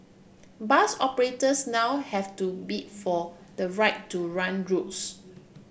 bus operators now have to bid for the right to run routes